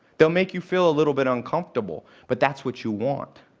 they'll make you feel a little bit uncomfortable, but that's what you want,